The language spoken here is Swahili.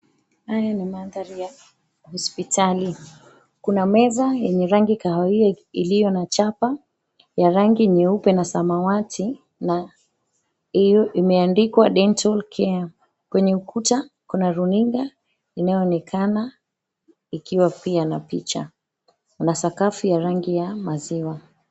Haya ni mandhari ya hospitali. Kuna meza yenye rangi kahawia iliyo na chapa, ya rangi nyeupe na samawati na imeandikwa, Dental Care. Kwenye ukuta, kuna runinga inayoonekana ikiwa pia na picha. Kuna sakafu ya rangi ya maziwa.